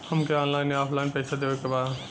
हमके ऑनलाइन या ऑफलाइन पैसा देवे के बा?